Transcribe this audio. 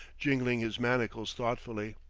jingling his manacles thoughtfully,